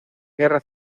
guerra